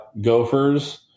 gophers